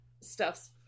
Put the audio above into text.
stuff's